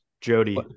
Jody